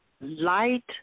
light